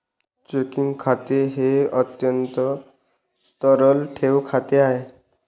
checking खाते हे अत्यंत तरल ठेव खाते आहे